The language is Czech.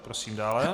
Prosím dále.